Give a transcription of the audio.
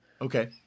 Okay